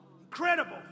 Incredible